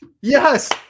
Yes